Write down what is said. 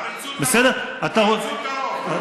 עריצות הרוב.